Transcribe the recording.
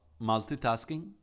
multitasking